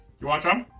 you want some?